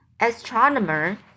astronomer